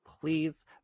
please